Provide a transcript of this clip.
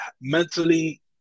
mentally